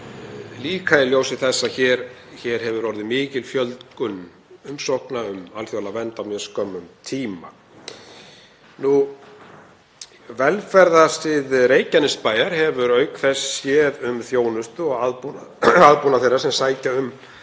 líka í ljósi þess að hér hefur orðið mikil fjölgun umsókna um alþjóðlega vernd á mjög skömmum tíma. Velferðarsvið Reykjanesbæjar hefur auk þess séð um þjónustu og aðbúnað þeirra sem sækja um